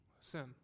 sin